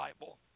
Bible